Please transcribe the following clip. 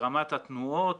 ברמת התנועות,